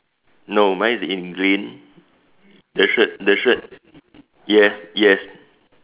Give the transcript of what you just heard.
no mine is in green the shirt the shirt yes yes